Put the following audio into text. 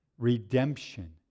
Redemption